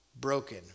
broken